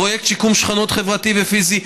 פרויקט שיקום שכונות חברתי ופיזי,